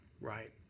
right